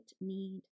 need